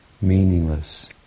meaningless